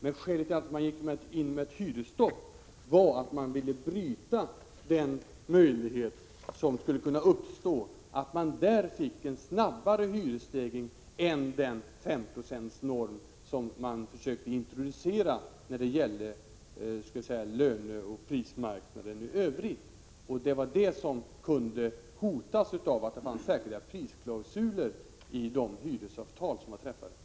Men skälet till att man gick in med ett hyresstopp var att man ville förhindra att det i fråga om detta blev en snabbare hyresstegring än vad som motsvarade den 5-procentsnorm som man försökte introducera när det gällde löneoch prismarknaden i övrigt. Det var detta som kunde hotas av att det fanns särskilda prisklausuler i de hyresavtal som man träffade.